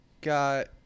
got